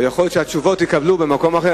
יכול להיות שהתשובות יתקבלו במקום אחר.